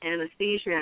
anesthesia